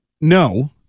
No